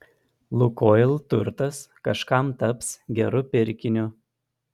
lukoil turtas kažkam taps geru pirkiniu